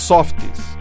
Softies